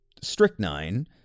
strychnine